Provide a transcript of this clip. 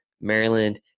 Maryland